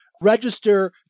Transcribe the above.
register